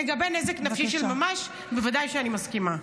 לגבי נזק נפשי של ממש, בוודאי שאני מסכימה.